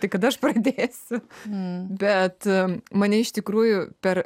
tai kada aš pradėsiu bet mane iš tikrųjų per